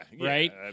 Right